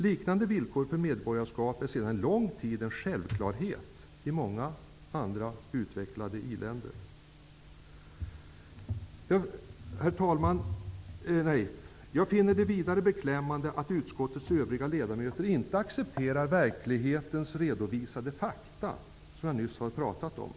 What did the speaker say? Liknande villkor för medborgarskap är sedan lång tid en självklarhet i många andra utvecklade industriländer. Jag finner det vidare beklämmande att utskottets övriga ledamöter inte accepterar verklighetens redovisade fakta, som jag nyss har pratat om.